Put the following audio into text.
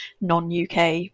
non-UK